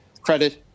credit